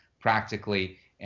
practically